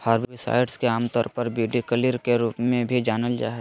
herbicides के आमतौर पर वीडकिलर के रूप में भी जानल जा हइ